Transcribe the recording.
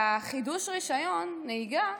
ובחידוש רישיון הנהיגה